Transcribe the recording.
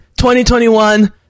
2021